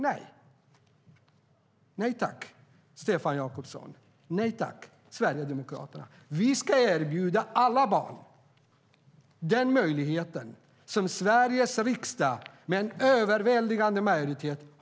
"Nej tack, Stefan Jakobsson! Nej tack, Sverigedemokraterna! Vi ska erbjuda alla barn den möjlighet som Sveriges riksdag har beslutat om med en överväldigande majoritet.